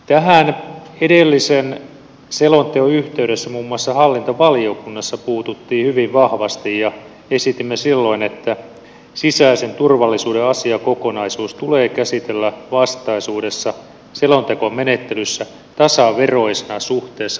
tähän edellisen selonteon yhteydessä muun muassa hallintovaliokunnassa puututtiin hyvin vahvasti ja esitimme silloin että sisäisen turvallisuuden asiakokonaisuus tulee käsitellä vastaisuudessa selontekomenettelyssä tasaveroisena suhteessa puolustuspolitiikkaan